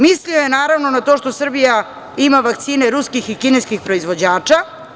Mislio je, naravno, na to što Srbija ima vakcine ruskih i kineskih proizvođača.